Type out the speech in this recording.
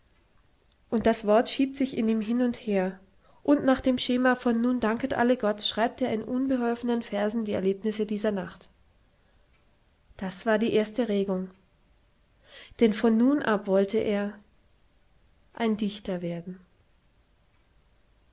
und das wort schiebt sich in ihm hin und her und nach dem schema von nun danket alle gott schreibt er in unbeholfenen versen die erlebnisse dieser nacht das war die erste regung denn von nun ab wollte er ein dichter werden